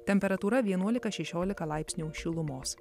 temperatūra vienuolika šešiolika laipsnių šilumos